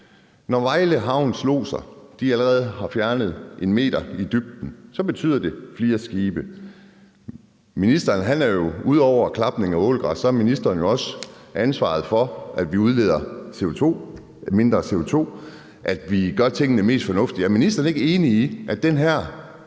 Når Vejle Havns lodser allerede har fjernet 1 m i dybden, betyder det flere skibe. Ministeren har jo ud over klapning og ålegræs ansvaret for, at vi udleder mindre CO2, og at vi gør tingene mest fornuftigt. Er ministeren ikke enig i, at den her